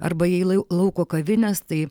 arba jei lai lauko kavinės tai